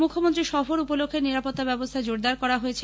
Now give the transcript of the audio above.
মুখ্যমন্ত্রীর সফর উপলক্ষে নিরাপত্তার ব্যবস্থা জোরদার করা হয়েছে